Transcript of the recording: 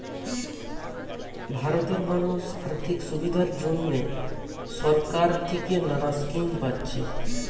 ভারতের মানুষ আর্থিক সুবিধার জন্যে সরকার থিকে নানা স্কিম পাচ্ছে